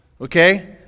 okay